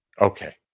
Okay